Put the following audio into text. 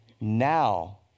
now